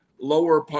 lower